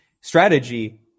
strategy